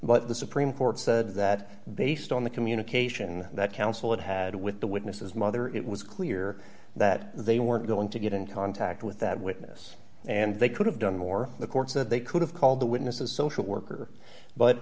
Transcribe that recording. but the supreme court said that based on the communication that counsel it had with the witnesses mother it was clear that they weren't going to get in contact with that witness and they could have done more for the courts that they could have called the witness a social worker but